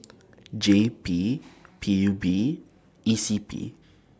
J P P U B E C P